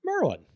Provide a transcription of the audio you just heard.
Merlin